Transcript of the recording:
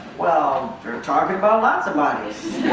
well they're talking about lots of bodies